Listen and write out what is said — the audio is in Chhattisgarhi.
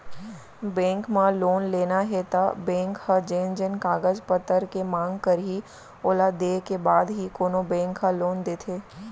बेंक म लोन लेना हे त बेंक ह जेन जेन कागज पतर के मांग करही ओला देय के बाद ही कोनो बेंक ह लोन देथे